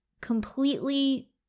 completely